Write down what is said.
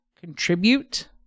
contribute